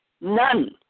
None